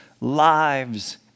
lives